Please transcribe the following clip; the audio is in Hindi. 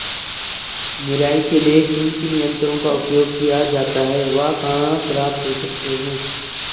निराई के लिए किन किन यंत्रों का उपयोग किया जाता है वह कहाँ प्राप्त हो सकते हैं?